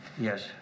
Yes